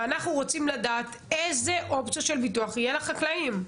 ואנחנו רוצים לדעת אילו אופציות של ביטוח יהיו לחקלאים.